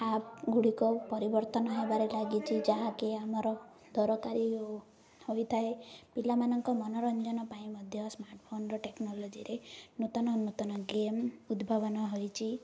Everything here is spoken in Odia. ଆପ୍ ଗୁଡ଼ିକ ପରିବର୍ତ୍ତନ ହେବାରେ ଲାଗିଛି ଯାହାକି ଆମର ଦରକାରୀ ହୋଇଥାଏ ପିଲାମାନଙ୍କ ମନୋରଞ୍ଜନ ପାଇଁ ମଧ୍ୟ ସ୍ମାର୍ଟଫୋନ୍ର ଟେକ୍ନୋଲୋଜିରେ ନୂତନ ନୂତନ ଗେମ୍ ଉଦ୍ଭାବନ ହୋଇଛି